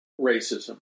racism